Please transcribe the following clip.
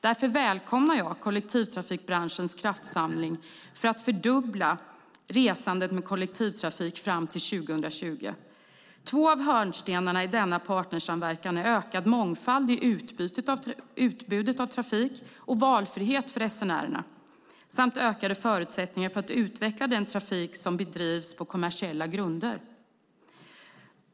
Därför välkomnar jag kollektivtrafikbranschens kraftsamling för att fördubbla resandet med kollektivtrafik fram till 2020. Två av hörnstenarna i denna partnersamverkan är ökad mångfald i utbudet av trafik och valfrihet för resenärerna samt ökade förutsättningar för att utveckla den trafik som bedrivs på kommersiella grunder.